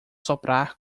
soprar